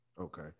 Okay